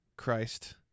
Christ